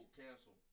cancel